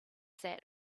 that